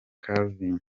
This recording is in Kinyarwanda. calvin